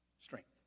strength